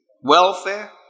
welfare